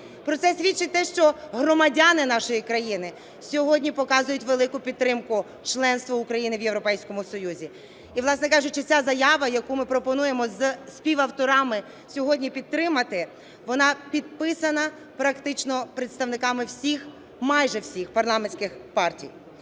Про це свідчить те, що громадяни нашої країни сьогодні показують велику підтримку членства України в Європейському Союзі. І власне кажучи, ця заява, яку ми пропонуємо із співавторами сьогодні підтримати, вона підписана практично представниками всіх, майже всіх парламентських партій.